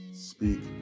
Speak